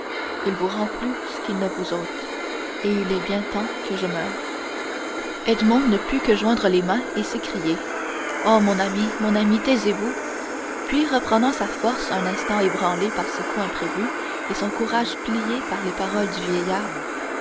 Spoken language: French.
il vous rend plus qu'il ne vous ôte et il est bien temps que je meure edmond ne put que joindre les mains et s'écrier oh mon ami mon ami taisez-vous puis reprenant sa force un instant ébranlée par ce coup imprévu et son courage plié par les paroles du vieillard